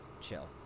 chill